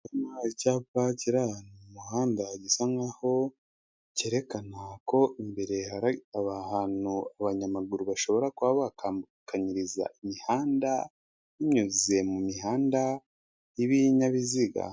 Icyapa kiri ahantu mu muhanda gisa nkaho cyerekana ko imbere hari ahantu abanyamaguru bashobora kuba bakambukanyiriza imihanda, binyuze mu mihanda y'ibinyabiziga.